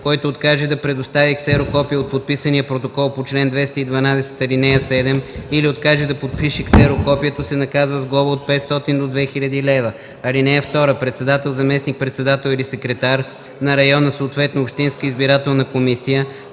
който откаже да предостави ксерокопие от подписания протокол по чл. 212, ал. 7 или откаже да подпише ксерокопието, се наказва с глоба от 500 до 2000 лв. (2) Председател, заместник-председател или секретар на районна, съответно общинска избирателна комисия,